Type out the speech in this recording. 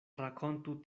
rakontu